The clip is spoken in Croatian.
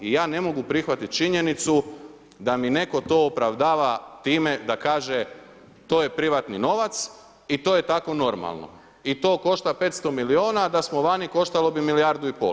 I ja ne mogu prihvatiti činjenicu da mi neko to opravdava time da kaže to je privatni novac i to je tako normalno i to košta 500 milijuna, da smo vani koštalo bi milijardu i pol.